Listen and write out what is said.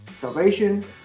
salvation